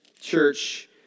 church